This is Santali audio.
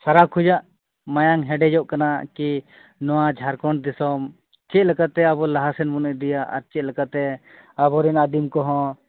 ᱥᱟᱨᱟᱠ ᱨᱮᱭᱟᱜ ᱢᱟᱭᱟᱝ ᱦᱮᱰᱮᱡᱚᱜ ᱠᱟᱱᱟ ᱠᱤ ᱱᱚᱣᱟ ᱡᱷᱟᱲᱠᱷᱚᱸᱰ ᱫᱤᱥᱚᱢ ᱪᱮᱫᱞᱮᱠᱟᱛᱮ ᱟᱵᱚ ᱞᱟᱦᱟᱥᱮᱱᱵᱚᱱ ᱤᱫᱤᱭᱟ ᱟᱨ ᱪᱮᱫᱞᱮᱠᱟᱛᱮ ᱟᱵᱚᱨᱮᱱ ᱟᱹᱫᱤᱢᱠᱚᱦᱚᱸ